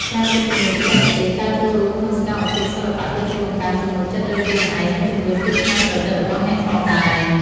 ក្រៅពីជំនាញបច្ចេកទេស ការចូលរួមក្នុងសកម្មភាពសិល្បៈក៏ជួយបង្កើនទំនុកចិត្តលើខ្លួនឯង និងជំរុញភាពច្នៃប្រឌិតរបស់អ្នកផងដែរ។